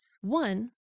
one